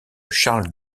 charles